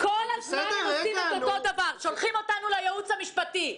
כל הזמן הם עושים אותו דבר שולחים אותנו לייעוץ המשפטי.